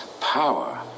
power